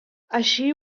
així